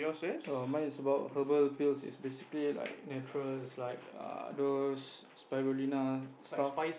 oh mine is about herbal pills is basically like natural is like err those Spirulina stuff